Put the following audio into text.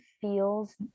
feels